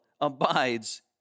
abides